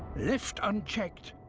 left unchecked,